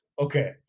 Okay